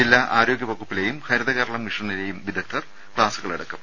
ജില്ലാ ആരോഗ്യ വകുപ്പിലെയും ഹരി തകേരളം മിഷനിലെയും വിദഗ്ദ്ധർ ക്ലാസുകളെടുക്കും